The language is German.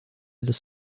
des